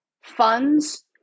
funds